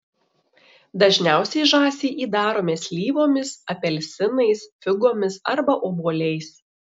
dažniausiai žąsį įdarome slyvomis apelsinais figomis arba obuoliais